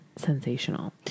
Sensational